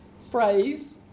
phrase